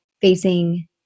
facing